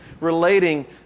relating